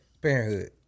Parenthood